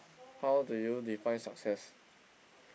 how do you define success